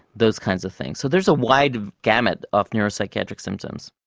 those kinds of things. so there's a wide gamut of neuropsychiatric symptoms.